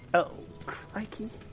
oh crikey.